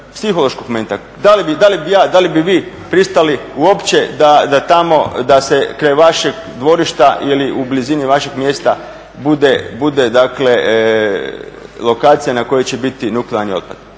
Da li bi ja, da li bi vi pristali uopće da tamo, da se kraj vašeg dvorišta ili u blizini vašeg mjesta bude dakle lokacija na kojoj će biti nuklearni otpad,